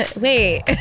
Wait